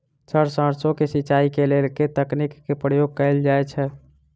Sir सैरसो केँ सिचाई केँ लेल केँ तकनीक केँ प्रयोग कैल जाएँ छैय?